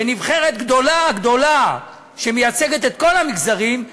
ונבחרת גדולה-גדולה שמייצגת את כל המגזרים,